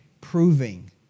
proving